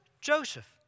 Joseph